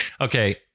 Okay